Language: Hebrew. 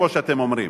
כמו שאתם אומרים?